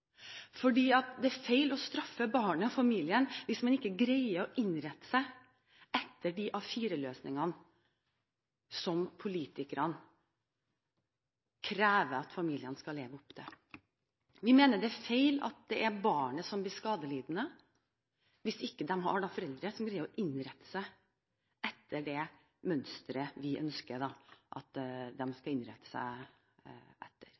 å straffe barnet og familien hvis man ikke greier å innrette seg etter de A4-løsningene som politikerne krever at familiene skal leve opp til. Vi mener det er feil når barnet blir skadelidende hvis det ikke har foreldre som greier å innrette seg etter det mønsteret vi ønsker at de skal innrette seg etter.